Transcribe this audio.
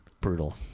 brutal